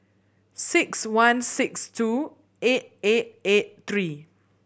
six one six two eight eight eight three